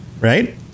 right